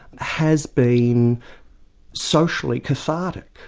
has been socially cathartic.